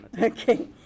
Okay